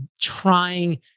trying